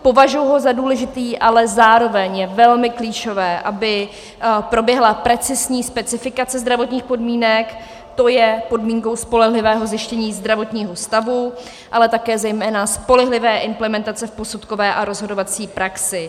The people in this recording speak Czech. Považuji ho za důležitý, ale zároveň je velmi klíčové, aby proběhla precizní specifikace zdravotních podmínek, to je podmínkou spolehlivého zjištění zdravotního stavu, ale také zejména spolehlivé implementace v posudkové a rozhodovací praxi.